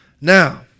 Now